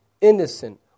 innocent